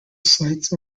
sites